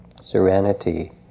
serenity